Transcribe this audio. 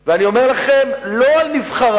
אני אומר לכם, לא על נבחריו,